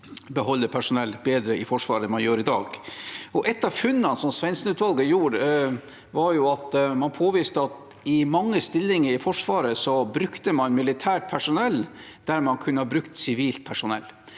beholde personell bedre i Forsvaret enn man gjør i dag. Ett av funnene som Svendsen-utvalget gjorde, var at man påviste at i mange stillinger i Forsvaret brukte man militært personell der man kunne ha brukt sivilt personell.